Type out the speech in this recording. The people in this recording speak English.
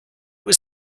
was